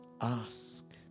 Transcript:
Ask